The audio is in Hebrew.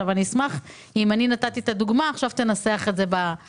אני נתתי דוגמה, ואני אשמח שתנסח את זה בעצמך.